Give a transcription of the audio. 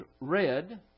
red